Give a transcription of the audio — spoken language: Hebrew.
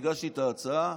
הגשתי את ההצעה.